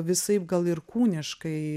visaip gal ir kūniškai